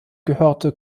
gehörte